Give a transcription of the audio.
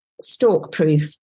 stalk-proof